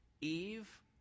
eve